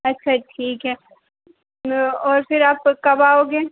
अच्छा ठीक है न और फिर आप कब आओगे